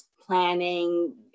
planning